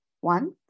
One